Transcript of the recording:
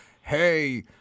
Hey